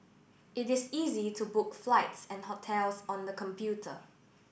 it is easy to book flights and hotels on the computer